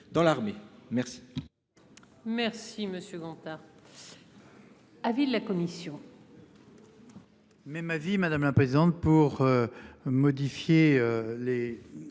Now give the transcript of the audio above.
dans l'armée. Merci.